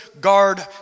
guard